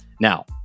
Now